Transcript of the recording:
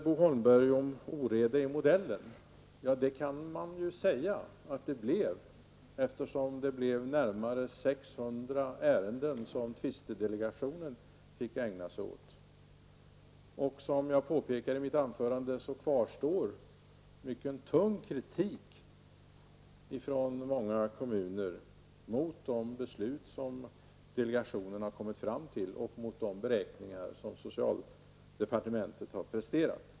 Bo Holmberg talade om oreda i modellen. Så kan man ju uttrycka saken när tvistedelegationen fick ägna sig åt 600 ärenden. Som jag påpekade i mitt anförande kvarstår mycken tung kritik från många kommuner mot de beslut som delegationen har kommit fram till och mot de beräkningar som socialdepartementet har presterat.